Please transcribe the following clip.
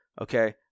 okay